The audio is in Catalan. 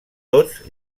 tots